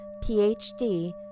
Ph.D